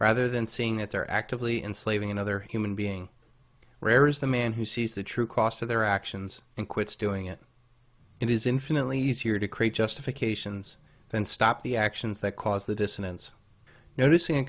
rather than seeing that they're actively enslaving another human being where is the man who sees the true cost of their actions and quits doing it it is infinitely easier to create justifications than stop the actions that cause the dissonance notic